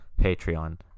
patreon